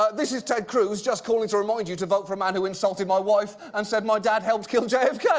ah this is ted cruz, just calling to remind you to vote for a man who insulted my wife and said my dad helped kill jfk. yeah